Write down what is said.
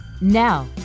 Now